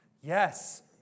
Yes